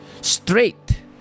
straight